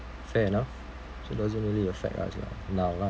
fair enough so doesn't really affect us lah now lah